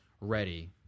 ready